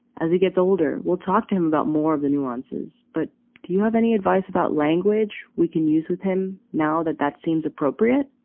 as he gets older, we'll talk to him about more of the nuances. but do you have any advice about language we can use with him now that that seems appropriate?